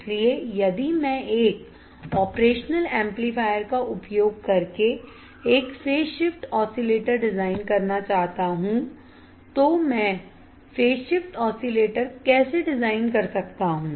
इसलिए यदि मैं एक ऑपरेशनल एम्पलीफायर का उपयोग करके एक फेज शिफ्ट ऑसिलेटर डिजाइन करना चाहता हूं तो मैं फेज शिफ्ट ऑसिलेटर कैसे डिजाइन कर सकता हूं